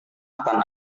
akan